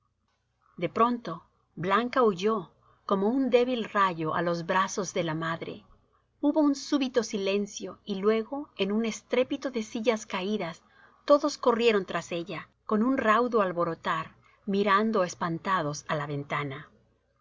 de pronto blanca huyó como un débil rayo á los brazos de la madre hubo un súbito silencio y luego en un estrépito de sillas caídas todos corrieron tras de ella con un raudo alborotar mirando espantados á la ventana